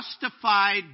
justified